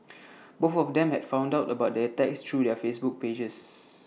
both of them had found out about the attacks through their Facebook pages